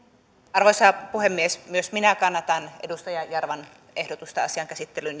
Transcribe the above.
arvoisa puhemies myös minä kannatan edustaja jarvan ehdotusta asian käsittelyn